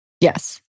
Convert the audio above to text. Yes